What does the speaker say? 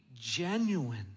genuine